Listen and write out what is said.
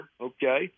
okay